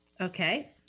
Okay